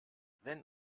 wenn